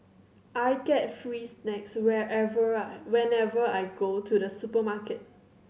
I get free snacks whenever I whenever I go to the supermarket